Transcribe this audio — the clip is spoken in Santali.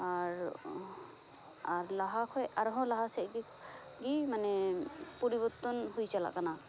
ᱟᱨ ᱞᱟᱦᱟ ᱠᱷᱚᱡ ᱟᱨ ᱦᱚᱸ ᱞᱟᱦᱟ ᱥᱮᱡᱜᱮ ᱜᱮ ᱢᱟᱱᱮ ᱯᱚᱨᱤᱵᱚᱨᱛᱚᱱ ᱦᱩᱭ ᱪᱟᱞᱟᱜ ᱠᱟᱱᱟ